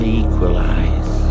equalize